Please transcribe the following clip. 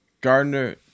Gardner